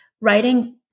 writing